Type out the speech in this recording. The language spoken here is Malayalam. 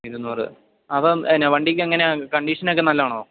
ഇരുന്നൂറ് അപ്പം എന്താ വണ്ടിക്ക് എങ്ങനെയാണ് കണ്ടിഷൻ ഒക്കെ നല്ലതാണോ